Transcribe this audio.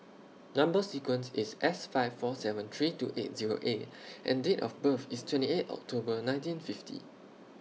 Number sequence IS S five four seven three two eight Zero A and Date of birth IS twenty eight October nineteen fifty